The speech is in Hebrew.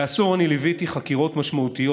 כעשור אני ליוויתי חקירות משמעותיות